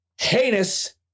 Heinous